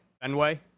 Fenway